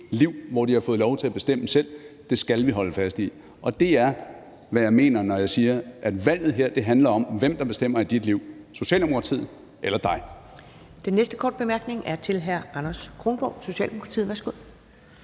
liv, hvor de har fået lov til at bestemme selv. Det skal vi holde fast i, og det er, hvad jeg mener, når jeg siger, at valget her handler om, hvem der bestemmer i dit liv – Socialdemokratiet eller dig. Kl. 11:13 Første næstformand (Karen Ellemann) : Den næste korte bemærkning er til hr. Anders Kronborg, Socialdemokratiet. Værsgo.